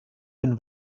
den